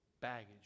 baggage